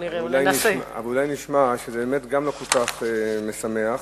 וגם זה לא כל כך משמח.